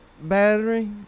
Battery